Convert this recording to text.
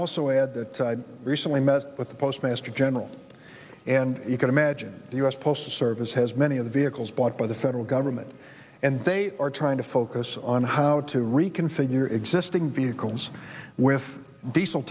also add that i recently met with the postmaster general and you can imagine the u s postal service has many of the vehicles bought by the federal government and they are trying to focus on how to rican so your existing vehicles with diesel